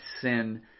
sin